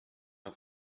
auf